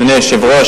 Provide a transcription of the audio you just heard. אדוני היושב-ראש,